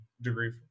degree